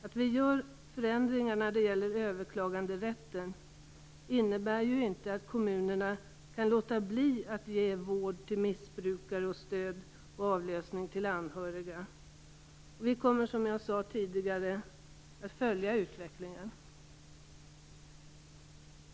Att vi gör förändringar när det gäller överklaganderätten innebär ju inte att kommunerna kan låta bli att ge vård till missbrukare och stöd och avlösning till anhöriga. Och vi kommer, som jag sade tidigare, att följa utvecklingen.